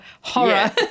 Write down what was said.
horror